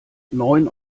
neun